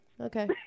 Okay